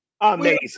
Amazing